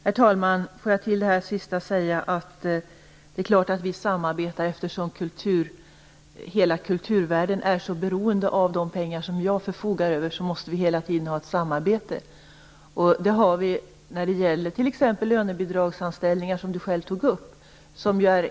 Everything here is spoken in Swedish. Herr talman! Låt mig med anledning av det sistnämnda säga att det är klart att vi samarbetar. Eftersom hela kulturvärlden är så beroende av de pengar som jag förfogar över, måste vi hela tiden ha ett samarbete. Det har vi när det gäller t.ex. lönebidragsanställningar, som Lennart Fridén själv tog upp.